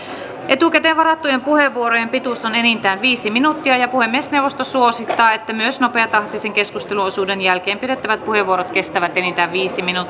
etukäteen varattujen puheenvuorojen pituus on enintään viisi minuuttia puhemiesneuvosto suosittaa että myös nopeatahtisen keskusteluosuuden jälkeen pidettävät puheenvuorot kestävät enintään viisi minuuttia